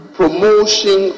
promotion